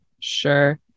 sure